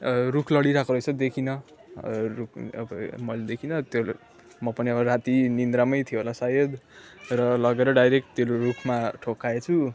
रुख लडिरहेको रहेछ देखिनँ रुख अब मैले देखिनँ त्यहाँबाट म पनि अब राति निन्द्रामै थिएँ होला सायद र लगेर डाइरेक्ट त्यो रुखमा ठोक्काएछु